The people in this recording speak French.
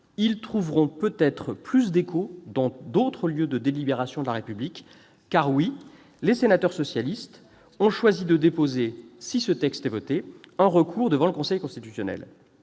ils trouveront peut-être plus d'écho dans d'autres lieux de délibération de la République, car les sénateurs socialistes ont choisi de déposer, si ce texte est voté, un recours devant le Conseil constitutionnel.